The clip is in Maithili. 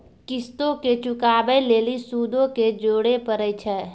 किश्तो के चुकाबै लेली सूदो के जोड़े परै छै